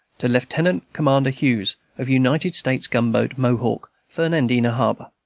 to lieutenant-commander hughes of united states gunboat mohawk, fernandina harbor.